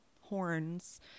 horns